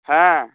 হ্যাঁ